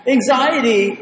Anxiety